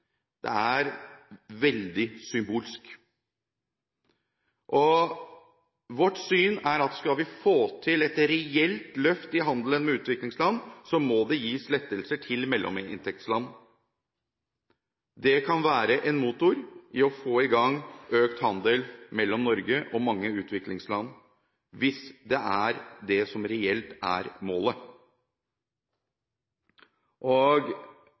Det er veldig symbolsk. Vårt syn er at skal vi få til et reelt løft i handelen med utviklingsland, må det gis lettelser til mellominntektsland. Det kan være en motor for å få i gang økt handel mellom Norge og mange utviklingsland hvis det er det som reelt er